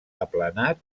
aplanat